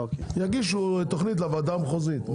יגישו תוכנית לוועדה המחוזית.